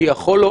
זה לא.